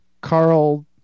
Carl